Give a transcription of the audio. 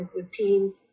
routine